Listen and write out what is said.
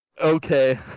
Okay